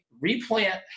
Replant